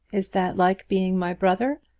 is that like being my brother?